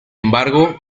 embargo